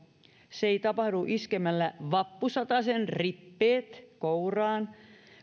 se ei tapahdu iskemällä vappusatasen rippeet kouraan